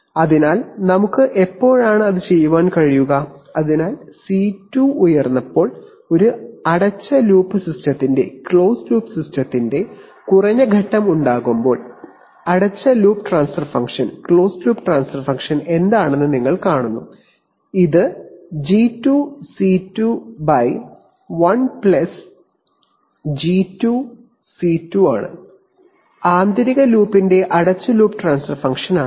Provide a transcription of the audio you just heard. അതിനാൽ നമുക്ക് എപ്പോഴാണ് അത് ചെയ്യാൻ കഴിയുക അതിനാൽ സി 2 ഉയർന്നപ്പോൾ ഒരു അടച്ച ലൂപ്പ് സിസ്റ്റത്തിന് കുറഞ്ഞ ഘട്ടം ഉണ്ടാകുമ്പോൾ അടച്ച ലൂപ്പ് ട്രാൻസ്ഫർ ഫംഗ്ഷൻ എന്താണെന്ന് നിങ്ങൾ കാണുന്നു ഇത് G 2 C 2 by 1 G 2 C 2 ആണ്G2C2 1G2C2 ആന്തരിക ലൂപ്പിന്റെ അടച്ച ലൂപ്പ് ട്രാൻസ്ഫർ ഫംഗ്ഷനാണ് ഇത്